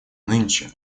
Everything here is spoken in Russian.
нынче